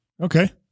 Okay